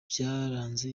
byaranze